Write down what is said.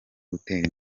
gutera